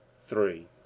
three